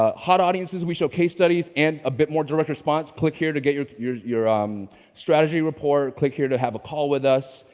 ah hot audiences. we show case studies and a bit more direct response. click here to get your your um strategy report. click here to have a call with us.